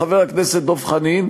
חבר הכנסת דב חנין,